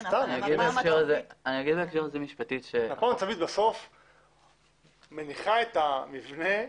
בסוף מפה מצבית מניחה את המבנה.